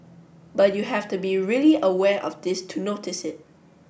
but you have to be really aware of this to notice it